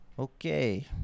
okay